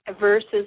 versus